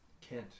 Kent